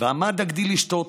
ועמד הגדי לשתות.